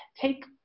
take